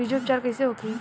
बीजो उपचार कईसे होखे?